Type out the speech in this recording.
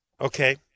okay